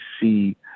see